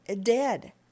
dead